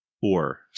four